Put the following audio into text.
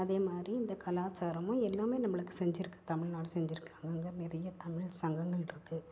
அதேமாதிரி இந்த கலாச்சாரமும் எல்லாம் நம்மளுக்கு செஞ்சிருக்குது தமிழ்நாடு செஞ்சுருக்காங்க நிறைய தமிழ் சங்கங்கள் இருக்குது